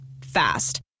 Fast